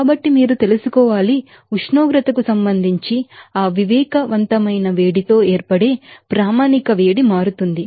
కాబట్టి మీరు తెలుసుకోవాలి ఉష్ణోగ్రతకు సంబంధించి ఆ సెన్సిబిల్ హీట్ తో ఏర్పడే స్టాండర్డ్ హీట్ మారుతుంది